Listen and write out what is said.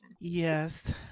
Yes